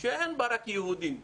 שאין בה רק יהודים.